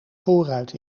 voorruit